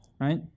Right